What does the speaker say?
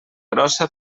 grossa